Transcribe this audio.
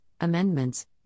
Amendments